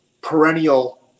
perennial